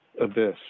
abyss